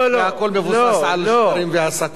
הכול מבוסס על שקרים והסתה.